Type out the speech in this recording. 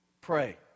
pray